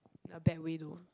in a bad way though